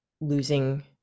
losing